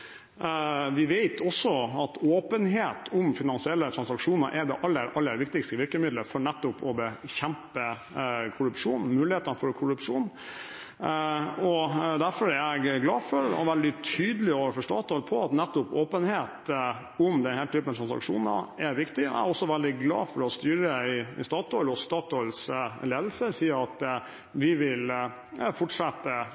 Vi vet også at åpenhet om finansielle transaksjoner er det aller viktigste virkemidlet nettopp for å bekjempe mulighetene for korrupsjon. Derfor er jeg glad for og veldig tydelig overfor Statoil på at åpenhet om denne typen transaksjoner er viktig. Jeg er også veldig glad for at styret i Statoil og Statoils ledelse sier at